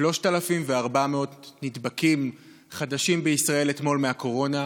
3,400 נדבקים חדשים בישראל אתמול מהקורונה,